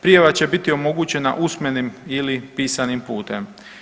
Prijava će biti omogućena usmenim ili pisanim putem.